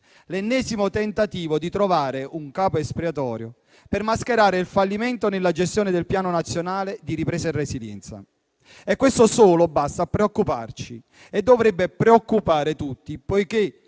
l'ennesimo tentativo di trovare un capro espiatorio per mascherare il fallimento nella gestione del Piano nazionale di ripresa e resilienza. Questo solo basta a preoccuparci e dovrebbe preoccupare tutti, poiché